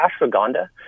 Ashwagandha